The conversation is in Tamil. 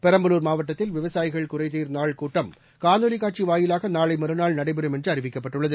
பெரம்பலூர் மாவட்டத்தில் விவசாயிகள் குறைதீர் நாள் கூட்டம் காணொலி காட்சி வாயிவாக நாளை மறுநாள் நடைபெறும் என்று அறிவிக்கப்பட்டுள்ளது